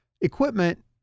equipment